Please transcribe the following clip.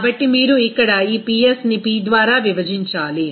కాబట్టి మీరు ఇక్కడ ఈ Psని P ద్వారా విభజించాలి